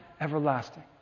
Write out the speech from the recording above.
everlasting